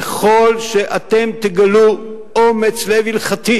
ככל שאתם תגלו אומץ לב הלכתי